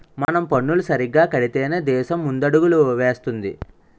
మనం పన్నులు సరిగ్గా కడితేనే దేశం ముందడుగులు వేస్తుంది